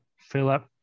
Philip